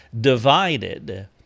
divided